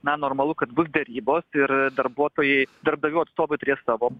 na normalu kad bus derybos ir darbuotojai darbdavių atstovai turės savo